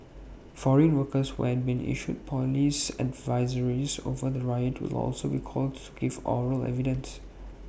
foreign workers who had been issued Police advisories over the riot will also be called to give oral evidence